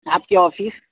آپ کی آفیس